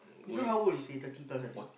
you know how old is he thirty plus I think